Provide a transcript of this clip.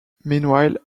meanwhile